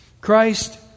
Christ